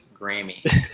Grammy